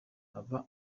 aba